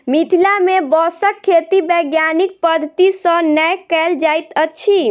मिथिला मे बाँसक खेती वैज्ञानिक पद्धति सॅ नै कयल जाइत अछि